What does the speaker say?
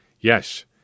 Yes